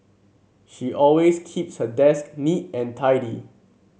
she always keeps her desk neat and tidy